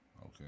Okay